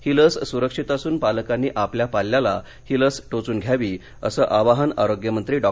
ही लस सुरक्षित असून पालकांनी आपल्या पाल्याला लस टोचून घ्यावी असं आवाहन आरोग्यमंत्री डॉ